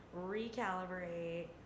recalibrate